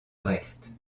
brest